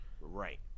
Right